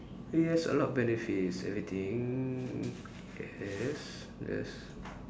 yes a lot benefits everything yes yes